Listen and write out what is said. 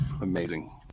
Amazing